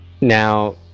now